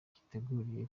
yiteguriye